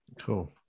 Cool